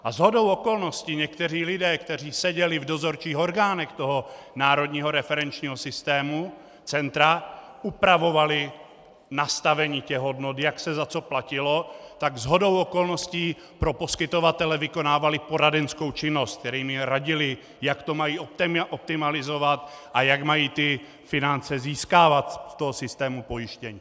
A shodou okolností někteří lidé, kteří seděli v dozorčích orgánech Národního referenčního centra, upravovali nastavení těch hodnot, jak se za co platilo, tak shodou okolností pro poskytovatele vykonávali poradenskou činnost, kterou jim radili, jak to mají optimalizovat a jak mají finance získávat ze systému pojištění.